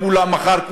מחר,